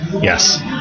yes